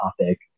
topic